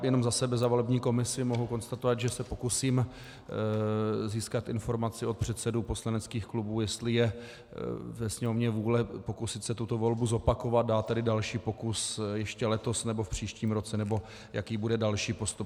Jenom za sebe, za volební komisi mohu konstatovat, že se pokusím získat informaci od předsedů poslaneckých klubů, jestli je ve Sněmovně vůle pokusit se tuto volbu zopakovat, dát tedy další pokus ještě letos, nebo v příštím roce, nebo jaký bude další postup.